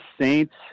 Saints